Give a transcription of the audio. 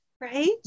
right